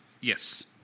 Yes